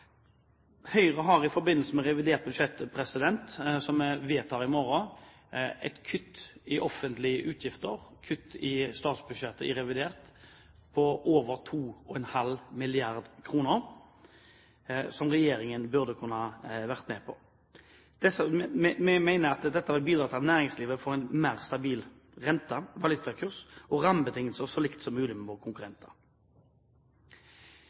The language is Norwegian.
Høyre har i forbindelse med revidert budsjett, som vi vedtar i morgen, et kutt i offentlige utgifter, kutt i statsbudsjettet, i revidert, på over 2,5 mrd. kr, som regjeringen burde kunne være med på. Vi mener at dette vil bidra til at næringslivet får en mer stabil rente og valutakurs, og rammebetingelser som er så like som mulig våre